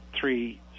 three